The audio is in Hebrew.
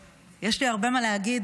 ויש לי הרבה מה להגיד,